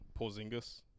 Porzingis